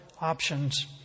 options